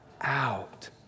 out